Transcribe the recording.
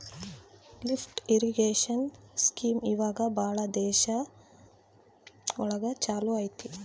lift irrigation scheme ಇವಾಗ ಭಾಳ ದೇಶ ಒಳಗ ಚಾಲೂ ಅಯ್ತಿ